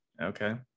okay